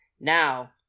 now